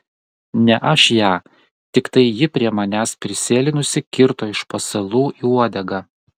ne aš ją tiktai ji prie manęs prisėlinusi kirto iš pasalų į uodegą